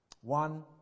One